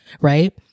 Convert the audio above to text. Right